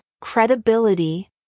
credibility